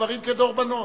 דברים כדרבונות.